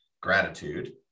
gratitude